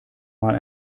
mal